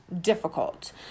difficult